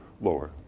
lower